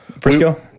Frisco